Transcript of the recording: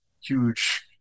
huge